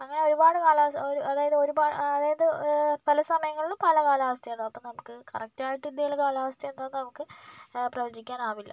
അങ്ങനെ ഒരുപാട് കാലാവസ്ഥ ഒരു അതായത് ഒരുപാ അതായത് പല സമയങ്ങളിലും പല കാലാവസ്ഥയാണ് അപ്പം നമുക്ക് കറക്റ്റായിട്ട് ഇന്ത്യയിലെ കാലാവസ്ഥ എന്താണെന്ന് നമുക്ക് പ്രവചിക്കാൻ ആവില്ല